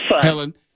Helen